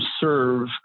serve